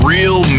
Real